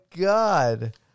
God